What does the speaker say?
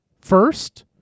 first